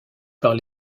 par